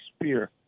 spear